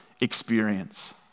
experience